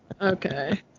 okay